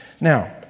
Now